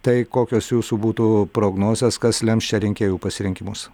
tai kokios jūsų būtų prognozės kas lems čia rinkėjų pasirinkimus